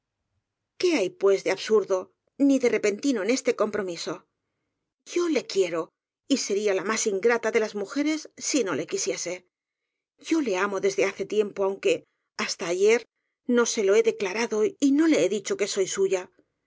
qué hay pues de absurdo ni de repentino en este compromiso yo le quiero y sería la más ingrata de las mujeres si no le quisiese yo le amo desde hace tiempo aun que hasta ayer no se lo he declarado y no le he di cho que soy suya suya